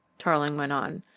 tarling went on.